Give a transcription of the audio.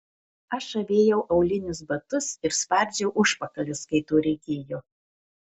aš avėjau aulinius batus ir spardžiau užpakalius kai to reikėjo